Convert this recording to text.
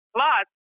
Plus